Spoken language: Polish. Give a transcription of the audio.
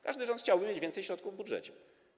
Każdy rząd chciałby mieć więcej środków w budżecie.